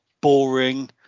boring